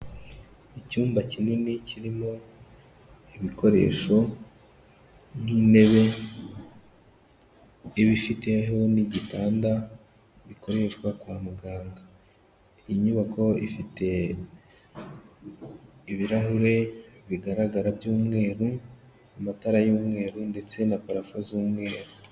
Icyumba kinini kirimo ibikoresho nk'intebe, iba ifiteho n'igitanda bikoreshwa kwa muganga, inyubako ifite ibirahure bigaragara by'umweru, amatara y'umweru ndetse na parafo z'umweru.